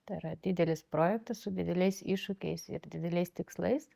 tai yra didelis projektas su dideliais iššūkiais ir dideliais tikslais